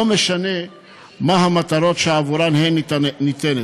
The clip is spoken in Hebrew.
לא משנה מה המטרות שעבורן הן ניתנת.